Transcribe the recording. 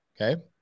Okay